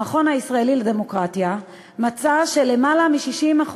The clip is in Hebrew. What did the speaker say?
המכון הישראלי לדמוקרטיה מצא שלמעלה מ-60%